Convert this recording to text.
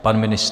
Pan ministr?